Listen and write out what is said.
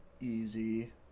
easy